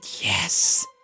yes